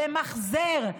למחזר,